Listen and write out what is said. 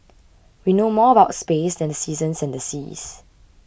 we know more about space than the seasons and the seas